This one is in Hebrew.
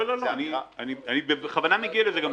לא, לא, לא, אני בכוונה מגיע לזה.